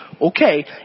Okay